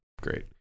great